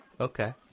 Okay